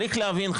צריך להבין,